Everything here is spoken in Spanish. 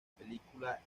película